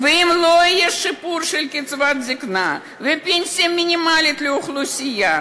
ואם לא יהיה שיפור של קצבת הזיקנה ופנסיה מינימלית לאוכלוסייה,